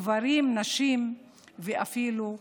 גברים, נשים ואפילו ילדים.